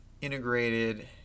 integrated